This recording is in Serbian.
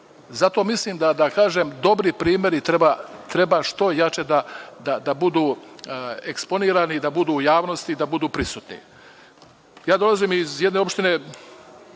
Zato mislim, da kažem, dobri primeri treba što jače da budu eksponirani, da budu u javnosti, da budu prisutni. Ja dolazim iz jedne opštine,